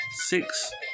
six